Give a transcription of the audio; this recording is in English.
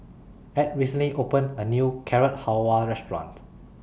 Ed recently opened A New Carrot Halwa Restaurant